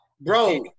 Bro